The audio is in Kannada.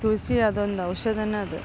ತುಳಸಿ ಅದೊಂದು ಔಷಧ ಅದು